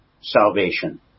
salvation